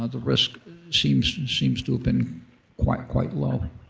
ah the risk seems to seems to have been quite quite low.